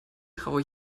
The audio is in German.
traue